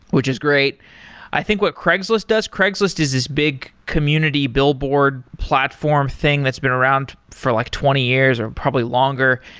which is great i think what craigslist does, craigslist is this big community billboard platform thing that's been around for like twenty years, or probably longer.